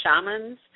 shamans